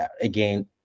Again